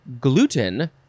gluten